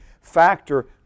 factor